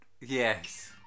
yes